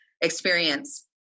experience